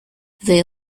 they